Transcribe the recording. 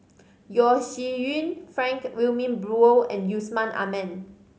Yeo Shih Yun Frank Wilmin Brewer and Yusman Aman